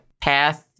path